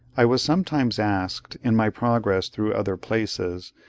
i was sometimes asked, in my progress through other places,